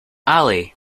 ali